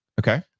Okay